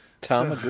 Tom